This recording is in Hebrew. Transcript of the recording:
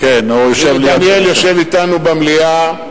דניאל יושב אתנו במליאה.